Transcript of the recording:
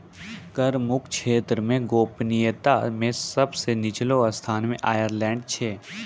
कर मुक्त क्षेत्र मे गोपनीयता मे सब सं निच्चो स्थान मे आयरलैंड छै